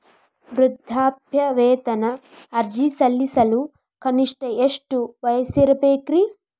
ವೃದ್ಧಾಪ್ಯವೇತನ ಅರ್ಜಿ ಸಲ್ಲಿಸಲು ಕನಿಷ್ಟ ಎಷ್ಟು ವಯಸ್ಸಿರಬೇಕ್ರಿ?